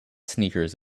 sneakers